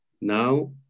Now